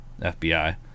FBI